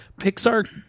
Pixar